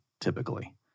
typically